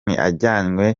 ajyanywe